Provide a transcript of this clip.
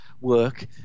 work